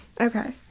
Okay